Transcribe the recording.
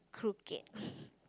crooked